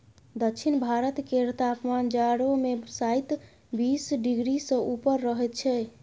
दक्षिण भारत केर तापमान जाढ़ो मे शाइत बीस डिग्री सँ ऊपर रहइ छै